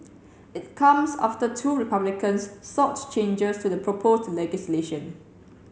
it comes after two Republicans sought changes to the proposed legislation